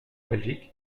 belgique